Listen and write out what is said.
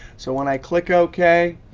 so when i click ok,